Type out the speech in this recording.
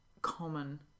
common